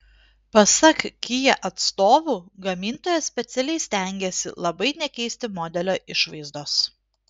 pasak kia atstovų gamintojas specialiai stengėsi labai nekeisti modelio išvaizdos